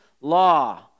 law